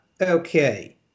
okay